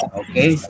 okay